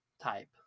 type